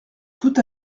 tout